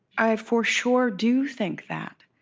i for sure do think that